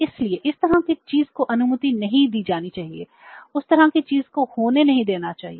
इसलिए इस तरह की चीज़ को अनुमति नहीं दी जानी चाहिए उस तरह की चीज़ को होने नहीं देना चाहिए